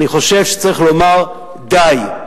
אני חושב שצריך לומר: די.